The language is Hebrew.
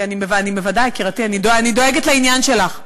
בוודאי, יקירתי, אני דואגת לעניין שלך.